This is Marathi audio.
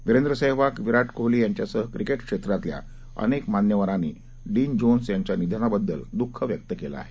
वीरेंद्र सेहवाग विराट कोहली यांच्यासह क्रिकेट क्षेत्रातल्या अनेक मान्यवरांनी डीन जोन्स यांच्या निधनाबद्दल दुःख व्यक्त केलं आहे